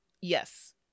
Yes